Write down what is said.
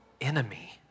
enemy